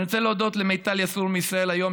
אני רוצה להודות למיטל יסעור מישראל היום,